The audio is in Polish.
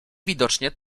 widocznie